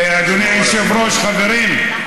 אדוני היושב-ראש, חברים,